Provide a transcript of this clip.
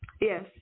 Yes